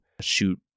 shoot